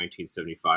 1975